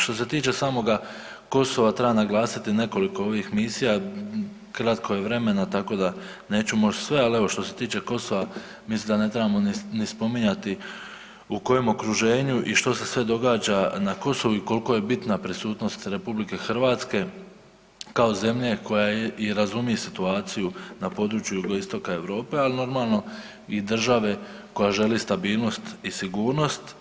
Što se tiče samoga Kosova treba naglasiti nekoliko ovih misija, kratko je vremena tako da neću moći sve, ali evo što se tiče Kosova mislim da ne trebamo ni spominjati u kojem okruženju i što se sve događa na Kosovu i koliko je bitna prisutnost RH kao zemlje koja i razumije situaciju na području Jugoistoka Europe, ali i države koja želi stabilnost i sigurnost.